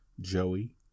Joey